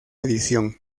edición